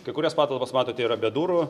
kai kurias patalpas matote yra bet durų